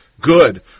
good